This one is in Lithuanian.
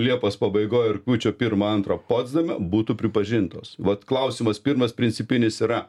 liepos pabaigoj rugpjūčio pirmą antrą potsdame būtų pripažintos vat klausimas pirmas principinis yra